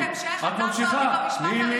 אבל הייתה לי שאלת המשך, עצרת אותי במשפט הראשון.